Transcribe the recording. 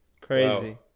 Crazy